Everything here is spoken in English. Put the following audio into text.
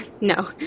No